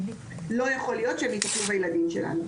לא יכול להיות שהם יטפלו בילדים שלנו.